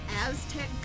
Aztec